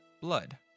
blood